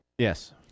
Yes